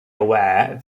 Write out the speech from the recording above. aware